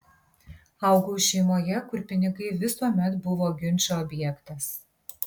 augau šeimoje kur pinigai visuomet buvo ginčo objektas